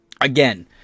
Again